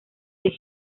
the